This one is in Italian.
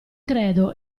credo